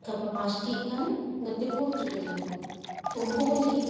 ᱜᱟᱯᱟ ᱯᱟᱪᱴᱤᱜ ᱜᱟᱱ ᱜᱟᱛᱮ ᱠᱚ ᱦᱤᱡᱩᱜ ᱠᱚᱛᱤᱧᱚ ᱠᱚ ᱩᱱᱠᱩ ᱠᱚ ᱞᱟᱹᱜᱤᱫ